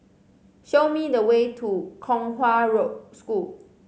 show me the way to Kong Hwa Road School